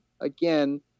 again